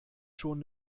schon